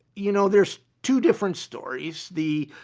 you know, there's two different stories, the